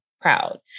proud